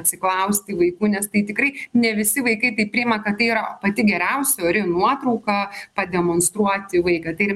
atsiklausti vaikų nes tai tikrai ne visi vaikai tai priėma kad tai yra pati geriausia ori nuotrauka pademonstruoti vaiką tai ir